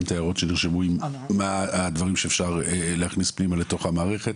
את ההערות שנרשמו מהם הדברים שאפשר להכניס פנימה לתוך המערכת.